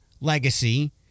legacy